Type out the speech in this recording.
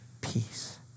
peace